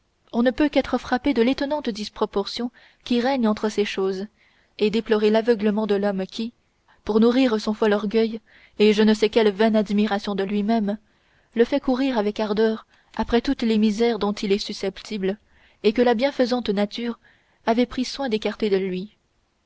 on ne peut qu'être frappé de l'étonnante disproportion qui règne entre ces choses et déplorer l'aveuglement de l'homme qui pour nourrir son fol orgueil et je ne sais quelle vaine admiration de lui-même le fait courir avec ardeur après toutes les misères dont il est susceptible et que la bienfaisante nature avait pris soin d'écarter de lui